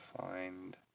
find